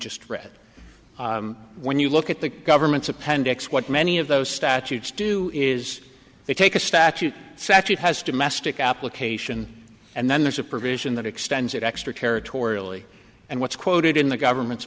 just read when you look at the government's appendix what many of those statutes do is they take a statute satch it has domestic application and then there's a provision that extends that extra territorially and what's quoted in the government's